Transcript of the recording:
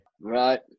Right